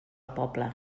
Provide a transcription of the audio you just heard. poble